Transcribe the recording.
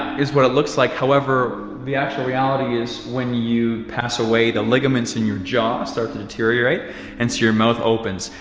is what it looks like. however, the actual reality is when you pass away the ligaments in your jaw start to deteriorate, and so your mouth opens.